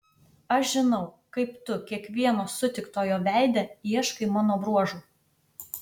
aš žinau kaip tu kiekvieno sutiktojo veide ieškai mano bruožų